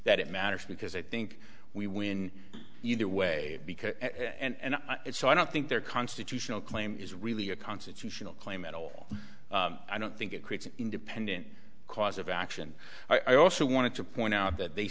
that it matters because i think we win either way because and it's so i don't think their constitutional claim is really a constitutional claim at all i don't think it creates an independent cause of action i also want to point out that they